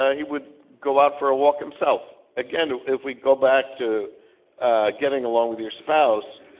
yeah he would go out for a walk himself. again, if we go back to ah getting along with your spouse,